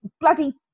bloody